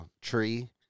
tree